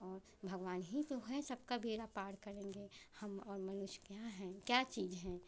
और भगवान ही तो हैं सबका बेड़ा पार करेंगे हम और मनुष्य क्या हैं क्या चीज़ हैं